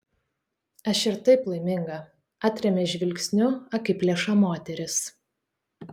aš ir taip laiminga atrėmė žvilgsniu akiplėšą moteris